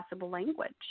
language